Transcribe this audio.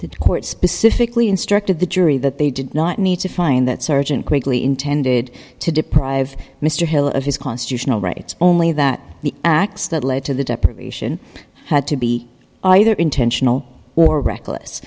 to court specifically instructed the jury that they did not need to find that surgeon quickly intended to deprive mr hill of his constitutional rights only that the acts that led to the deprivation had to be either intentional or reckless